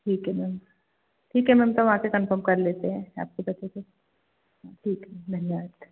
ठीक है मैम ठीक है मैम तब आके कन्फ़र्म कर लेते हैं आपके पते पे ठीक है धन्यवाद